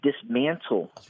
dismantle